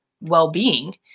well-being